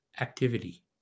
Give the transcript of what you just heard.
activity